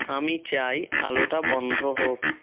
আমি চাই আলোটা বন্ধ হোক